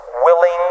willing